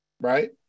right